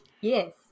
Yes